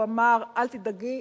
הוא אמר: אל תדאגי,